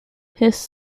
his